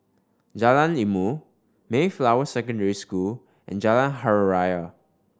Jalan Ilmu Mayflower Secondary School and Jalan Hari Raya